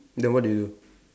then what do you do